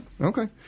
Okay